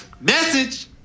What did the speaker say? Message